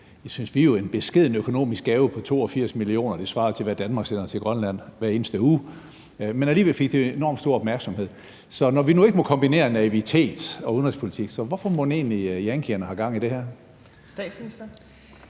har været inde på, beskeden økonomisk gave på 82 mio. kr., viser det. Gaven svarer til, hvad Danmark sender til Grønland hver eneste uge; alligevel fik det enormt stor opmærksomhed. Så når vi nu ikke må kombinere naivitet med udenrigspolitik: Hvorfor mon egentlig yankierne har gang i det her? Kl.